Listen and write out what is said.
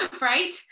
right